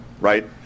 right